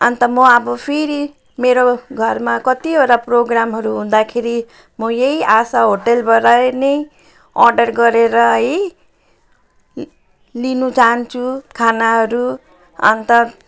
अन्त म अब फेरि मेरो घरमा कतिवटा प्रोग्रामहरू हुँदाखेरि म यही आशा होटलबाट नै अर्डर गरेर है लिन चाहन्छु खानाहरू अन्त